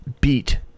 beat